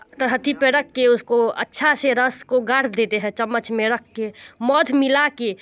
तख्ती पे रख के उसको अच्छा से रस को गाड़ देते हैं चम्मच में रख के मौझ मिला के